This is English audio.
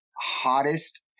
Hottest